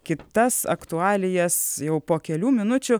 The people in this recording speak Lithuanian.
kitas aktualijas jau po kelių minučių